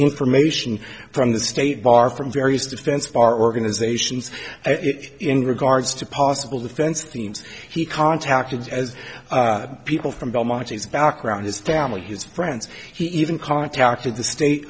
information from the state bar from various defense bar organizations in regards to possible defense teams he contacted as people from belmont his background his family his friends he even contacted the state